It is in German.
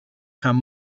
kam